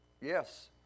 Yes